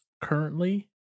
currently